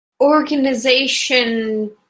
organization